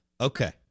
Okay